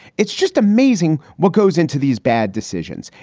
it's just amazing what goes into these bad decisions.